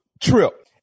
trip